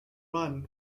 run